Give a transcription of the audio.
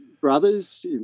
brothers